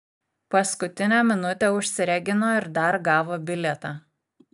paskutinę minutę užsiregino ir dar gavo bilietą